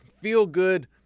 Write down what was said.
feel-good